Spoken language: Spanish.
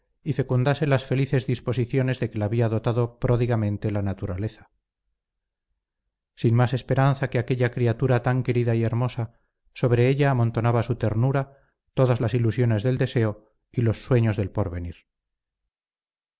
y fecundase las felices disposiciones de que la había dotado pródigamente la naturaleza sin más esperanza que aquella criatura tan querida y hermosa sobre ella amontonaba su ternura todas las ilusiones del deseo y los sueños del porvenir